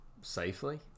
safely